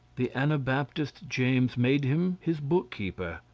the anabaptist james made him his bookkeeper.